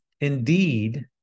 indeed